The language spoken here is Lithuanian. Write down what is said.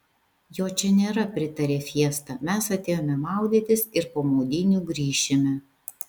jo čia nėra pritarė fiesta mes atėjome maudytis ir po maudynių grįšime